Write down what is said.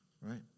right